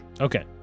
Okay